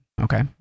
okay